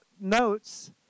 notes